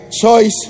choice